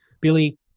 Billy